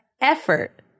effort